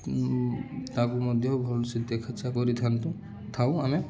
ତାକୁ ମଧ୍ୟ ଭଲସେ ଦେଖାଚାହାଁ କରିଥାନ୍ତୁ ଥାଉ ଆମେ